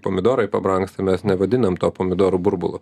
pomidorai pabrangsta mes nevadinam to pomidorų burbulu